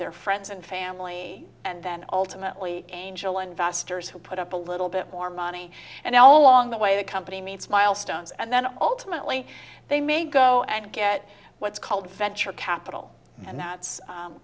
their friends and family and then ultimately angel investors who put up a little bit more money and all along the way the company meets milestones and then ultimately they may go and get what's called venture capital and that's